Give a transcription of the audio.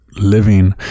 living